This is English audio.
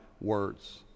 words